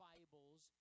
Bibles